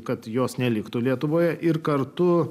kad jos neliktų lietuvoje ir kartu